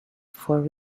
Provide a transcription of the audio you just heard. for